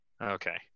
Okay